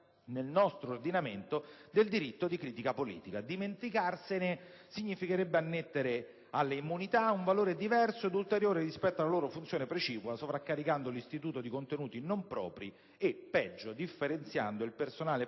nel nostro ordinamento, del diritto di critica politica; dimenticarsene significherebbe annettere alle immunità un valore diverso ed ulteriore rispetto alla loro funzione precipua, sovraccaricando l'istituto di contenuti non propri e, peggio, differenziando il personale politico